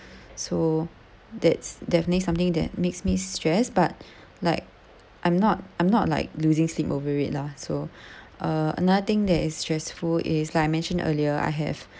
so that's definitely something that makes me stress but like I'm not I'm not like losing sleep over it lah so uh another thing that is stressful is like I mentioned earlier I have